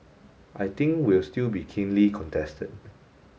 I think will still be keenly contested